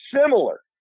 similar